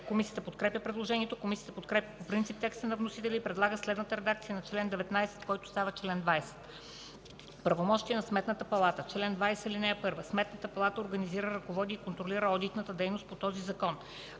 Комисията подкрепя предложението. Комисията подкрепя по принцип текста на вносителя и предлага следната редакция на чл. 19, който става чл. 20: „Правомощия на Сметната палата Чл. 20. (1) Сметната палата организира, ръководи и контролира одитната дейност по този закон.